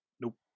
nope